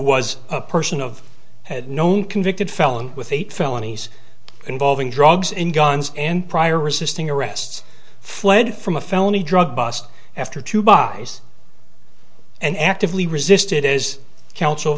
was a person of had known convicted felon with eight felonies involving drugs and guns and prior resisting arrests fled from a felony drug bust after two by and actively resist it is c